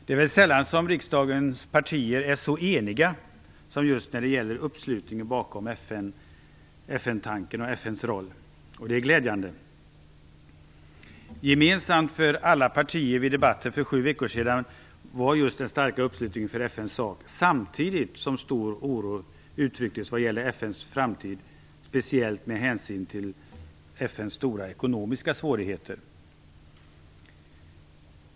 Det är väl sällan som riksdagens partier är så eniga som just när det gäller uppslutningen bakom FN, FN-tanken och FN:s roll, och det är glädjande. Gemensamt för alla partier vid debatten för sju veckor sedan var den starka uppslutningen för FN:s sak samtidigt som stor oro uttrycktes vad gäller FN:s framtid, speciellt med hänsyn till FN:s stora ekonomiska svårigheter.